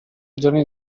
giorni